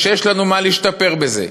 ויש לנו מה להשתפר בזה.